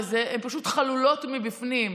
והן פשוט חלולות מבפנים,